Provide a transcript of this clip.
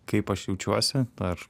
kaip aš jaučiuosi ar